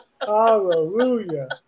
Hallelujah